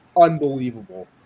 unbelievable